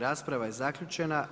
Rasprava je zaključena.